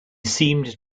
seemed